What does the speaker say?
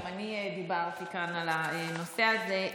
גם אני דיברתי כאן על הנושא הזה.